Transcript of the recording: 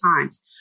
times